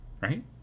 right